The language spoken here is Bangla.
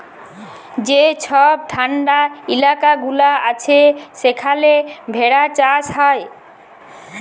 যে ছব ঠাল্ডা ইলাকা গুলা আছে সেখালে ভেড়া চাষ হ্যয়